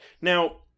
Now